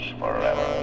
forever